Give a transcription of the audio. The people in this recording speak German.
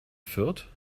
fürth